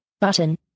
button